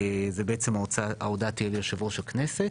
בעצם ההודעה תהיה ליושב ראש הכנסת,